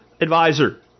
advisor